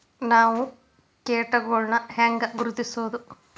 ನಾವ್ ಕೇಟಗೊಳ್ನ ಹ್ಯಾಂಗ್ ಗುರುತಿಸೋದು?